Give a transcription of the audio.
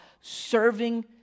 serving